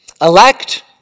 Elect